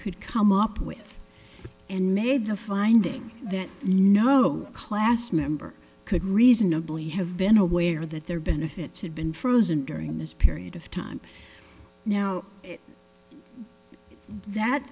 could come up with and made a finding that no class member could reasonably have been aware that their benefits had been frozen during this period of time now that